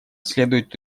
следует